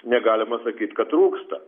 negalima sakyt kad trūksta